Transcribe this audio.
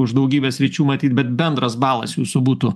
už daugybę sričių matyt bet bendras balas jūsų būtų